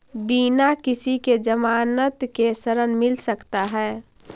बिना किसी के ज़मानत के ऋण मिल सकता है?